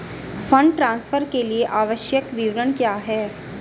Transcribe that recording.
Fund transfer के लिए आवश्यक विवरण क्या हैं?